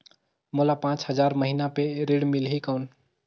मोला पांच हजार महीना पे ऋण मिलही कौन?